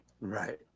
right